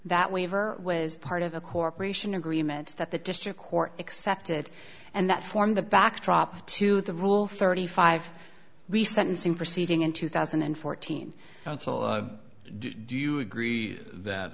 that waiver was part of a corporation agreement that the district court accepted and that formed the backdrop to the rule thirty five re sentencing proceeding in two thousand and fourteen counsel do you agree that